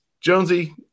Jonesy